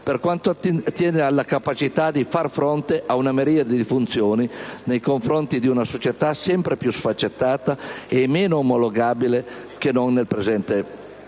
per quanto attiene alla capacità di far fronte a una miriade di funzioni nei confronti di una società sempre più sfaccettata e meno omologabile che non nel recente